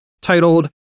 titled